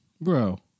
Bro